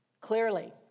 clearly